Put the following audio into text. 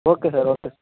okay sir okay sir